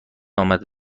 آمد